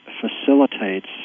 facilitates